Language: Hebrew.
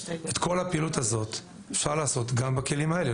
את כל הפעילות הזאת אפשר לעשות גם בכלים האלה,